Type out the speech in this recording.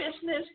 business